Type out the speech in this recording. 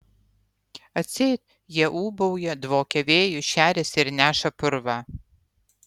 atseit jie ūbauja dvokia vėju šeriasi ir neša purvą